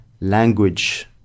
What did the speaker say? language